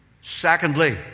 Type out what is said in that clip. Secondly